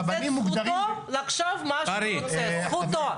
כן, בהחלט.